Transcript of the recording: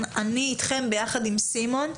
אני איתכם ביחד עם סימון,